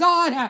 God